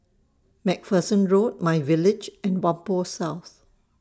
MacPherson Road MyVillage and Whampoa South